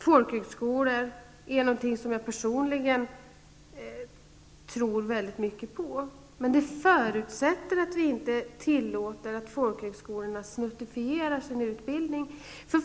Folkhögskolor är något som jag personligen tror väldigt mycket på. Men det förutsätter att vi inte tillåter att folkhögskolorna snuttifierar sin utbildning.